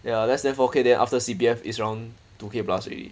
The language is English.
ya less than four K then after C_P_F is around two K plus already